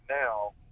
now